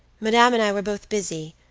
madame and i were both busy,